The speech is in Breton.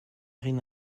rin